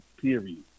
period